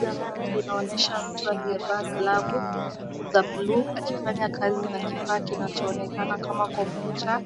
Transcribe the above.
Jalada linaonyesha mtu aliyevaa glavu za buluu akifanya kazi na kifaa kinachoonekana kama kompyuta